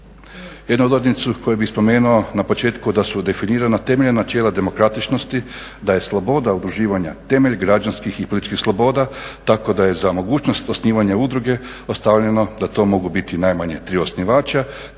Jednu odrednicu koju bih spomenuo na početku da su definirana temeljna načela demokratičnosti, da je sloboda udruživanja temelj građanskih i političkih sloboda tako da je za mogućnost osnivanja udruge ostavljeno da to mogu biti najmanje tri osnivača